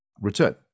return